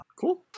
Cool